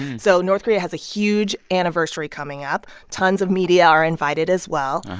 so north korea has a huge anniversary coming up. tons of media are invited, as well.